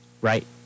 right